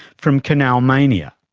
from canal mania,